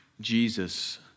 Jesus